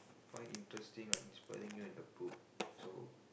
find interesting like inspiring you in the book so